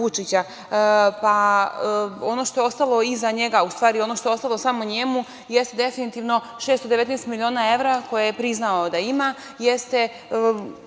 Ono što je ostalo iza njega, a u stvari ono što je ostalo samo njemu jeste definitivno 619 miliona evra koje je priznao da ima, jeste